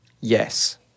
Yes